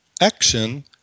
action